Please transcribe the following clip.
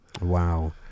Wow